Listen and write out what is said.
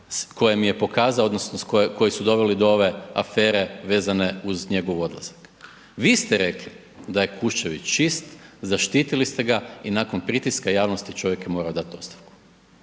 koje mi je pokazao odnosno koji su doveli do ove afere vezane uz njegov odlazak. Vi ste rekli da je Kuščević čist, zaštitili ste ga i nakon pritiska javnosti čovjek je morao dati ostavku,